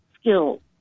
skills